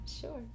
Sure